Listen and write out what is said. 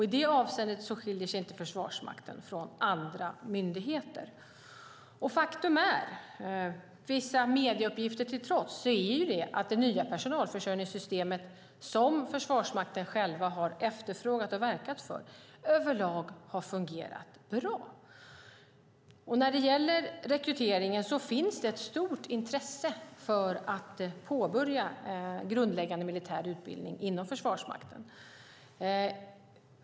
I det avseendet skiljer sig inte Försvarsmakten från andra myndigheter. Faktum är, vissa medieuppgifter till trots, att det nya personalförsörjningssystemet som Försvarsmakten själv har efterfrågat och verkat för har fungerat bra över lag. När det gäller rekryteringen finns det ett stort intresse för att påbörja grundläggande militär utbildning inom Försvarsmakten.